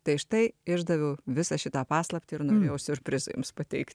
tai štai išdaviau visą šitą paslaptį ir norėjau siurprizą jums pateikti